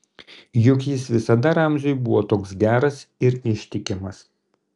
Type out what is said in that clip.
juk jis visada ramziui buvo toks geras ir ištikimas